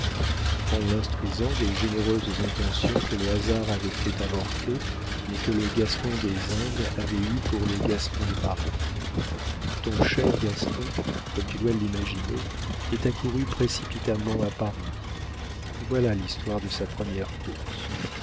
en l'instruisant des généreuses intentions que le hasard avait fait avorter mais que le gaston des indes avait eues pour le gaston de paris ton cher gaston comme tu dois l'imaginer est accouru précipitamment à paris voilà l'histoire de sa première course